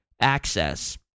access